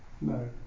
No